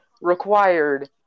required